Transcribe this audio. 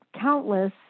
countless